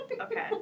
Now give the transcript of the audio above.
Okay